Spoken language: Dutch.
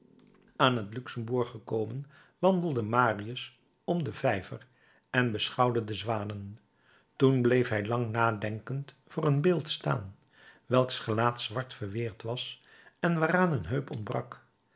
aan het luxemburg gekomen wandelde marius om den vijver en beschouwde de zwanen toen bleef hij lang nadenkend voor een beeld staan welks gelaat zwart verweerd was en waaraan een heup ontbrak